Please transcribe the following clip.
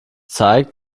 zeigt